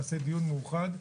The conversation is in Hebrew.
נעשה דיון מאוחד.